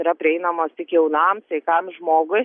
yra prieinamos tik jaunam sveikam žmogui